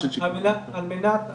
מטרופולין תל אביב ללא המטרו.